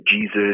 Jesus